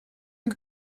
you